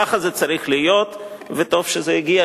ככה זה צריך להיות וטוב שזה הגיע.